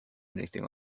anything